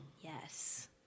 Yes